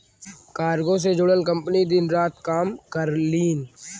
cargo से जुड़ल company दिन रात काम करलीन